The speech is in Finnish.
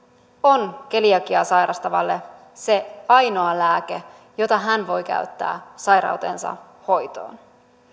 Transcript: on keliakiaa sairastavalle se ainoa lääke jota hän voi käyttää sairautensa hoitoon